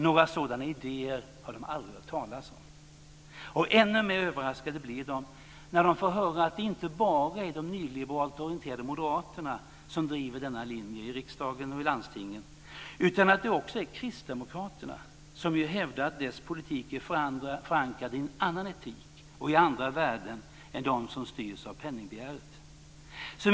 Några sådana idéer har de aldrig hört talas om. Ännu mer överraskade blir de när de får höra att det inte bara är de nyliberalt orienterade moderaterna som driver denna linje i riksdagen och i landstingen utan att det också är Kristdemokraterna, som ju hävdar att deras politik är förankrad i en annan etik och i andra värden än de som styrs av penningbegäret.